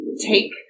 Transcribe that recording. take